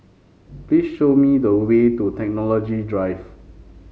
please show me the way to Technology Drive